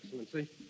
Excellency